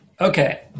Okay